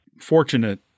fortunate